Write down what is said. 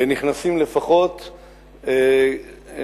נכנסים לפחות כ-1,200,